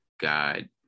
God